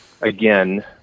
again